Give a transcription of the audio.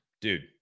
Dude